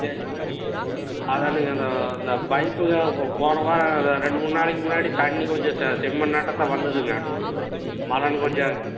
சரிங்க அதானுங்க இந்த இந்த பைப்பில் போன வாரம் ரெண்டு மூணு நாளைக்கு முன்னாடி தண்ணி கொஞ்சம் செசெம்மண்ணாட்டம்தான் வந்துதுங்க மழைனு கொஞ்சம்